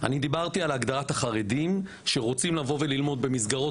אני דיברתי על הגדרת החרדים שרוצים לבוא וללמוד במסגרות